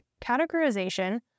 categorization